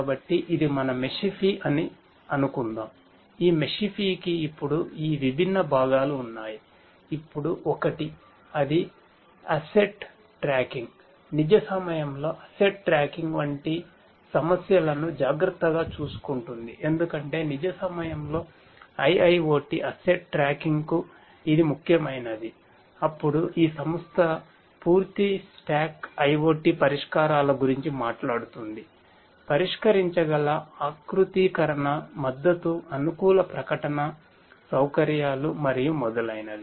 కాబట్టి ఇది మన మెషిఫై IoT పరిష్కారాల గురించి మాట్లాడుతుంది పరిష్కరించగల ఆకృతీకరణ మద్దతు అనుకూల ప్రకటన సౌకర్యాలు మరియు మొదలైనవి